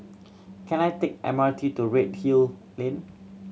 can I take M R T to Redhill Lane